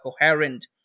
coherent